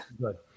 good